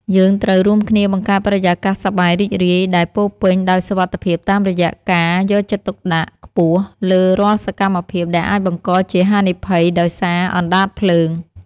យើងត្រូវរួមគ្នាបង្កើតបរិយាកាសសប្បាយរីករាយដែលពោរពេញដោយសុវត្ថិភាពតាមរយៈការយកចិត្តទុកដាក់ខ្ពស់លើរាល់សកម្មភាពដែលអាចបង្កជាហានិភ័យដោយសារអណ្តាតភ្លើង។